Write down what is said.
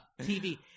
TV